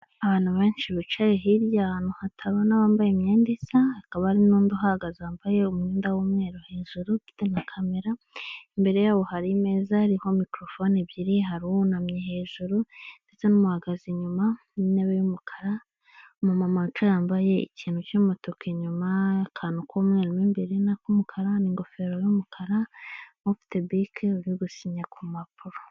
Abantu benshi bicaye hirya ahantu hatabona wambaye imyenda isa, hakaba hari n'undi uhahagaze wambaye umwenda w'umweru hejuru ufite na kamera, imbere yabo hari imeza iriho mikorofoni ebyiri, hari uwunamye hejuru ndetse n'umuhagaze inyuma n'intebe y'umukara umumama wicaye ambaye ikintu cy'umutuku inyuma, akantu k'umweru mo imbere, n'ak'umukara n'ingofero y'umukara ufite bike uri gusinya ku mpapuro.